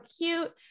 cute